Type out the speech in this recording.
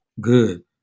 good